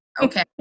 Okay